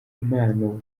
impano